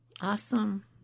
Awesome